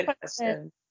question